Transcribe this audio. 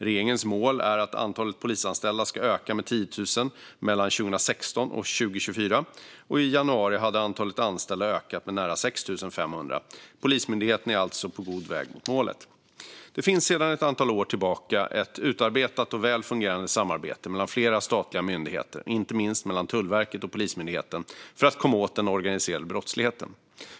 Regeringens mål är att antalet polisanställda ska öka med 10 000 mellan 2016 och 2024, och i januari hade antalet anställda ökat med nära 6 500. Polismyndigheten är alltså på god väg mot målet. Det finns sedan ett antal år tillbaka ett utarbetat och väl fungerande samarbete mellan flera statliga myndigheter, inte minst mellan Tullverket och Polismyndigheten, för att komma åt den organiserade brottsligheten.